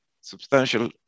substantial